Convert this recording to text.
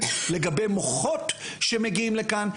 לגבי מוחות שמגיעים לכאן,